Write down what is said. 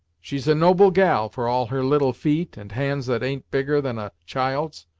she's a noble gal, for all her little feet, and hands that an't bigger than a child's,